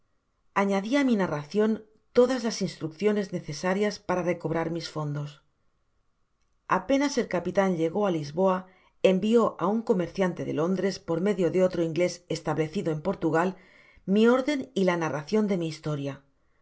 á mi narracion todas las instrucciones necesarias para recobrar mis fondos apenas el capitan llegó á lisboa envió á un comerciante de lóndres por medio de otro inglés establecido en portugal mi órden y la narracion de mi historia